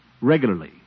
regularly